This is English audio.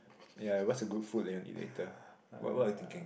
ya what's a good food that you want to eat later what what are you thinking